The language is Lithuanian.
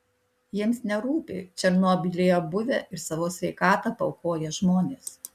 jiems nerūpi černobylyje buvę ir savo sveikatą paaukoję žmonės